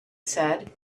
said